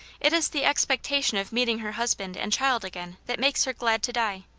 it is the expectation of meeting her husband and child again that makes her glad to die.